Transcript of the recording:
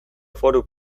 foru